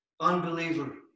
Unbeliever